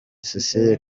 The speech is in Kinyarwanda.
cecile